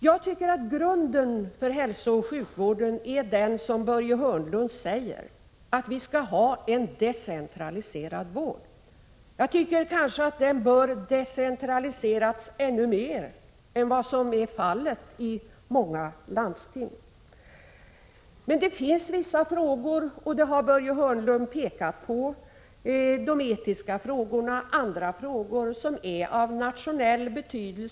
Jag tycker att grunden för hälsooch sjukvården är den som Börje Hörnlund uttrycker, nämligen att vi skall ha en decentraliserad vård. Jag tycker kanske att den bör decentraliseras ännu mer än vad som är fallet i många landsting. Men det finns vissa frågor — det har Börje Hörnlund pekat på — som är av nationell betydelse. Det gäller etiska frågor och andra frågor.